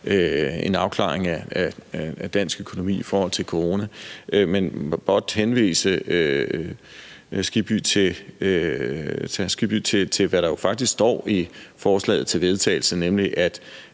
en afklaring af dansk økonomi i forhold til corona. Jeg vil blot henvise hr. Hans Kristian Skibby til, hvad der faktisk står i forslaget til vedtagelse, nemlig at